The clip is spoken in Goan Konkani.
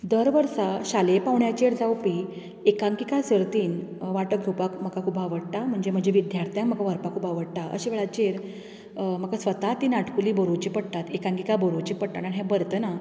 दर वर्सा शालेय पांवड्याचेर जावपी एकांकीका सर्तींत वांटो घेवपाक म्हाका खूब आवडटा म्हणजे म्हज्या विद्यार्थ्यांक म्हाका व्हरपाक खूब आवडटा अशें वेळाचेर म्हाका स्वता तीं नाटकुलीं बरोवची पडटात एकांकीका बरोवची पडटात आनी हें बरयतना